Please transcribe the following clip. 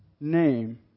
name